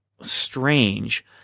strange